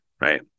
right